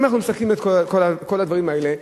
אם אנחנו מסכמים את כל הדברים האלה,